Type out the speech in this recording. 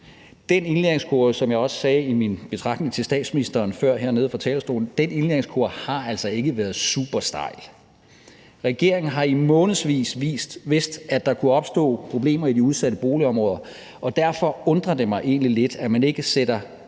Den indlæringskurve, hvilket jeg også sagde i min betragtning til statsministeren før hernede fra talerstolen, har altså ikke været super stejl. Regeringen har i månedsvis vidst, at der kunne opstå problemer i de udsatte boligområder, og derfor undrer det mig egentlig lidt, at man ikke sætter